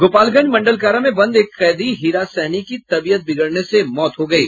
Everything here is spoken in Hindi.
गोपालगंज मंडल कारा में बंद एक कैदी हीरा सहनी की तबियत बिगड़ने से मौत हो गयी